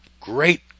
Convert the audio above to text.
great